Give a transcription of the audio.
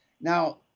Now